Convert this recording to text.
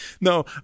No